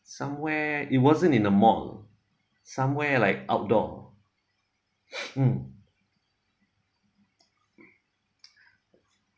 somewhere it wasn't in the mall somewhere like outdoor mm